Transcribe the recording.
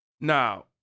Now